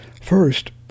First